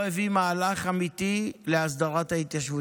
והוא לא הביא מהלך אמיתי להסדרת ההתיישבות.